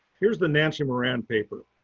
here's the nancy moran paper.